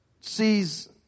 sees